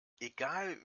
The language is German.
egal